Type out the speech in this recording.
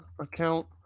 account